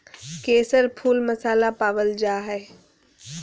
केसर फुल मसाला पावल जा हइ